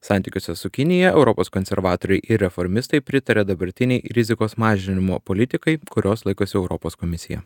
santykiuose su kinija europos konservatoriai ir reformistai pritaria dabartinei rizikos mažinimo politikai kurios laikosi europos komisija